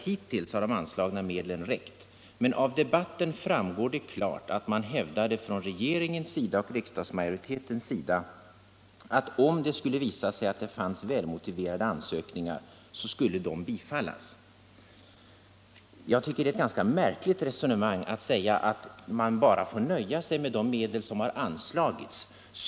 Hittills har de anslagna medlen räckt, men av debatten framgår klart att man från regeringens och riksdagsmajoritetens sida hävdade att om det skulle visa sig att det fanns välmotiverade ansökningar så skulle dessa bifallas. Jag tycker att det är ett ganska märkligt resonemang att man får nöja sig med de medel som anslagits.